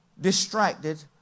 distracted